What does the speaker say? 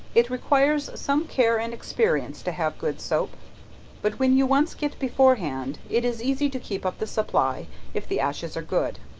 it requires some care and experience to have good soap but when you once get beforehand, it is easy to keep up the supply if the ashes are good.